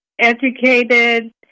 educated